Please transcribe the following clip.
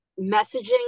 messaging